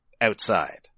outside